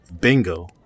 bingo